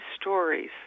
stories